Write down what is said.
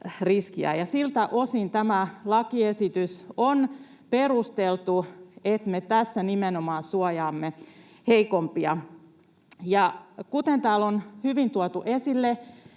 Siltä osin tämä lakiesitys on perusteltu, että me tässä nimenomaan suojaamme heikompia. Kuten täällä on hyvin tuotu esille,